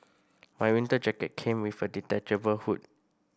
my winter jacket came with a detachable hood